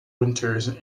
winters